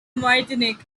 martinique